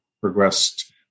progressed